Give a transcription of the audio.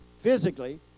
physically